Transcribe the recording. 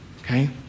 okay